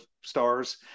stars